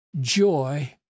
joy